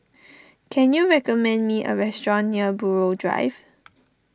can you recommend me a restaurant near Buroh Drive